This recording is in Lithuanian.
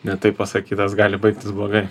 ne taip pasakytas gali baigtis blogai